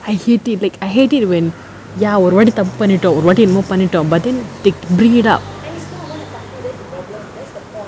I hate it like I hate it when ya ஒரு வாட்டி தப்பு பன்னிட்டோ ஒரு வாட்டி என்னமோ பண்ணிட்டோ:oru vaati thappu pannitto oru vaati ennamo pannitto but then they bring it up